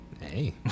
hey